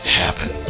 happen